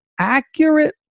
accurate